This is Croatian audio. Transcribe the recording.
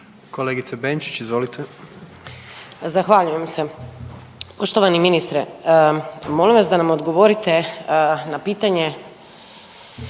**Benčić, Sandra (Možemo!)** Zahvaljujem se. Poštovani ministre molim vas da nam odgovorite na pitanje